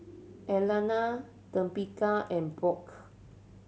Alanna and Brooke